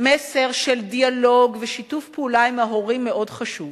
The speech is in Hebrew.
מסר שדיאלוג ושיתוף פעולה עם ההורים מאוד חשוב,